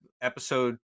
episode